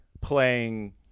playing